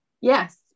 Yes